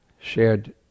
shared